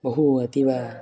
बहु अतीव